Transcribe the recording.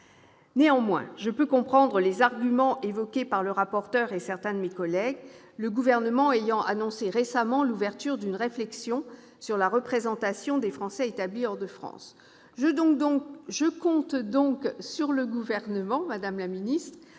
Néanmoins, je peux comprendre les arguments évoqués par le rapporteur et certains de mes collègues, le Gouvernement ayant récemment annoncé l'ouverture d'une réflexion sur la représentation des Français établis hors de France. Je compte donc sur le Gouvernement pour faire